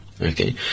Okay